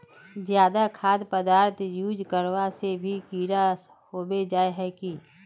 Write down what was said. ज्यादा खाद पदार्थ यूज करना से भी कीड़ा होबे जाए है की?